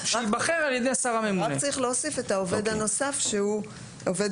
רק צריך להוסיף את העובד הנוסף שהוא עובד